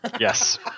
Yes